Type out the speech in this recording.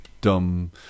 dumb